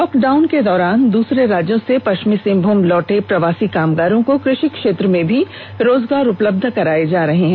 lockdown के दौरान दूसरे राज्यों से पष्चिमी सिंहभूम लौटे प्रवासी कामगारों को कृषि क्षेत्र में भी रोजगार उपलब्ध कराये जा रहे हैं